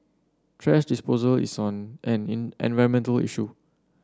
thrash disposal is on an in environmental issue